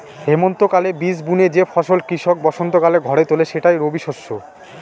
হেমন্তকালে বীজ বুনে যে ফসল কৃষক বসন্তকালে ঘরে তোলে সেটাই রবিশস্য